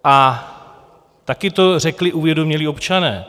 A taky to řekli uvědomělí občané.